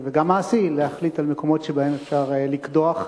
וגם מעשי, להחליט על מקומות שבהם אפשר לקדוח,